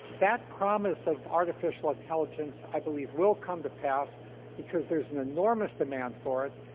that promise of artificial intelligenc e, i believe, will come to pass because there's an enormous demand for it.